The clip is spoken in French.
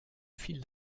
file